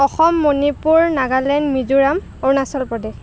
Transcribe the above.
Assam Manipur Nagaland Mizoram Arunachal Pradesh